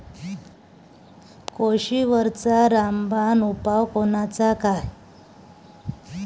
कोळशीवरचा रामबान उपाव कोनचा?